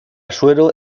suero